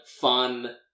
fun